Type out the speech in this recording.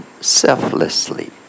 selflessly